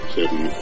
Seven